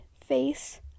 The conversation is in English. face